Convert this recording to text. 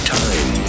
time